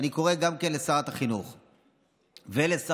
כשאתם משלמים הכול שווה.